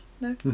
No